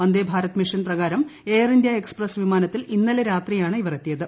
വന്ദേ Bharat mission പ്രകാരം Air India Express വിമാനത്തിൽ ഇന്നലെ രാത്രിയാണ് ഇവർ എത്തിയത്